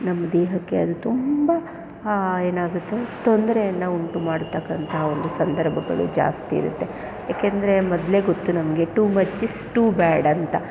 ನಮ್ಮ ದೇಹಕ್ಕೆ ಅದು ತುಂಬ ಏನಾಗುತ್ತೆ ತೊಂದರೆಯನ್ನ ಉಂಟು ಮಾಡ್ತಕ್ಕಂಥ ಒಂದು ಸಂದರ್ಭಗಳು ಜಾಸ್ತಿ ಇರುತ್ತೆ ಏಕೆಂದರೆ ಮೊದಲೇ ಗೊತ್ತು ನಮಗೆ too much is too bad ಅಂತ